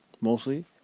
mostly